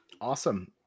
awesome